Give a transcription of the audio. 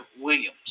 Williams